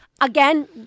again